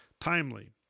timely